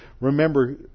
Remember